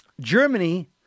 Germany